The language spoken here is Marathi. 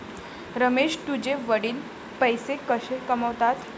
रमेश तुझे वडील पैसे कसे कमावतात?